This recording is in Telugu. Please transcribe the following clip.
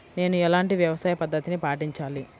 నేను ఎలాంటి వ్యవసాయ పద్ధతిని పాటించాలి?